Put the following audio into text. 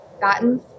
gotten